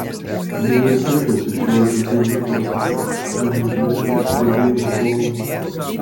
jie ir krito su šiuo žodžiu lūpose nunešdami jį prie dievo kojų